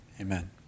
Amen